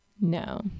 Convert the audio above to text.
No